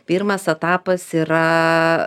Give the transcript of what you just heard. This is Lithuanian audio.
pirmas etapas yra